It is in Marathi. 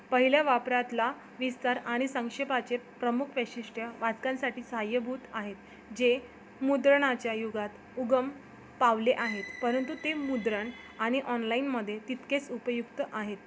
पहिल्या वापरातला विस्तार आणि संक्षेपाचे प्रमुख वैशिष्ट्य वाचकांसाठी साहाय्यभूत आहेत जे मुद्रणाच्या युगात उगम पावले आहेत परंतु ते मुद्रण आणि ऑनलाईनमध्ये तितकेच उपयुक्त आहेत